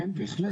כן, בהחלט.